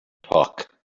talk